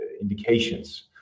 indications